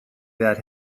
that